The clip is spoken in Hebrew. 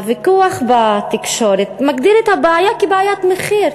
הוויכוח בתקשורת מגדיר את הבעיה כבעיית מחיר,